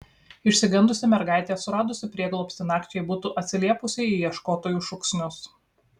išsigandusi mergaitė suradusi prieglobstį nakčiai būtų atsiliepusi į ieškotojų šūksnius